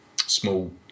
small